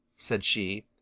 said she,